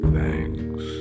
Thanks